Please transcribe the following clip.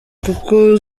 kuko